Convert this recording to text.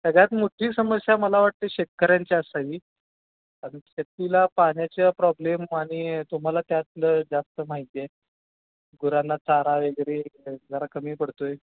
सग्यात मोठी समस्या मला वाटते शेतकऱ्यांची असावी आणि शेतीला पाण्याचा प्रॉब्लेम आणि तुम्हाला त्यातलं जास्त माहिती आहे गुरांना चारा वगैरे जरा कमी पडतो आहे